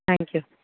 thank you